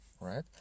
right